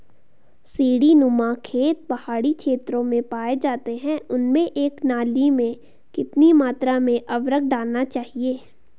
सीड़ी नुमा खेत पहाड़ी क्षेत्रों में पाए जाते हैं उनमें एक नाली में कितनी मात्रा में उर्वरक डालना चाहिए?